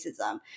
racism